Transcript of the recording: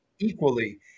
Equally